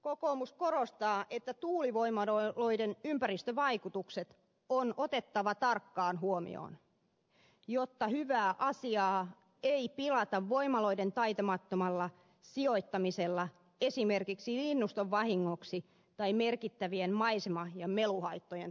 kokoomus korostaa että tuulivoimaloiden ympäristövaikutukset on otettava tarkkaan huomioon jotta hyvää asiaa ei pilata voimaloiden taitamattomalla sijoittamisella esimerkiksi linnuston vahingoksi tai merkittävien maisema ja meluhaittojen takia